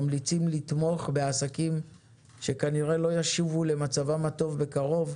ממליצים לתמוך בעסקים שכנראה לא ישובו למצבם הטוב בקרוב?